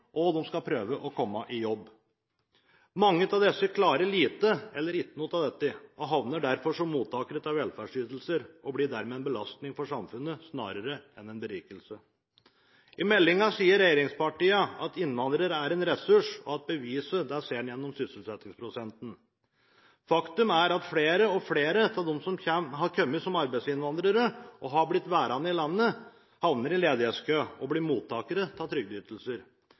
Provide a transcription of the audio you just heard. og de skal prøve å komme i jobb. Mange av disse klarer lite eller ikke noe av dette. De havner derfor som mottakere av velferdsytelser og blir dermed en belastning for samfunnet, snarere enn en berikelse. I meldingen sier regjeringen at innvandrere er en ressurs, og at sysselsettingsprosenten er beviset. Faktum er at flere og flere av dem som har kommet som arbeidsinnvandrere og har blitt værende i landet, havner i ledighetskø og blir mottakere av trygdeytelser.